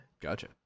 Gotcha